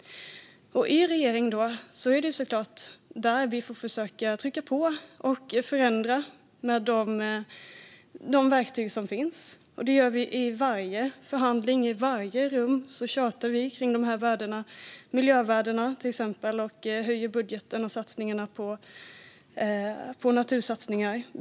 Det är såklart i regeringen som vi får försöka att trycka på och förändra med de verktyg som finns. Det gör vi. I varje förhandling och i varje rum tjatar vi till exempel om miljövärdena och att öka budgeten för natursatsningar.